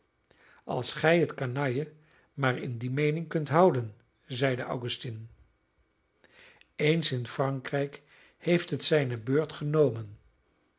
als gij het canaille maar in die meening kunt houden zeide augustine eens in frankrijk heeft het zijne beurt genomen